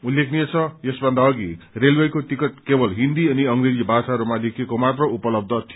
उल्लेखनीय छ यसभन्दा अघि रेलवेको टिकट केवल हिन्दी अनि अंग्रेजी भाषाहरूमा लेखिएको मात्र उपलब्य थियो